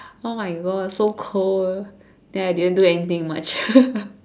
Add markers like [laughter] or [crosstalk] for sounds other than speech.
oh my god so cold then I didn't do anything much [laughs]